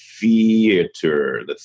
theater